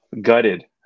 Gutted